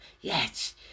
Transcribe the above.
Yes